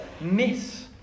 miss